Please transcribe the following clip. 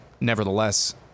nevertheless